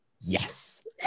yes